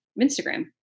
Instagram